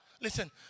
Listen